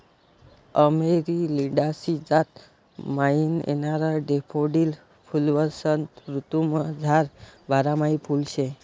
Amaryllidaceae जात म्हाईन येणारं डैफोडील फुल्वसंत ऋतूमझारलं बारमाही फुल शे